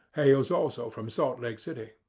hails also from salt lake city.